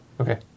Okay